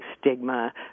stigma